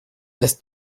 ist